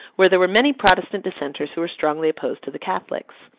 where there were many protestant dissenters who were strongly opposed to the catholics.